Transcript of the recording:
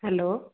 hello